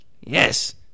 Yes